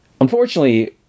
Unfortunately